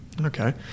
Okay